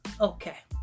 Okay